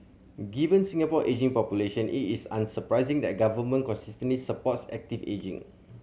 given Singapore ageing population it is unsurprising that the government consistently supports active ageing